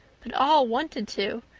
but all wanted to,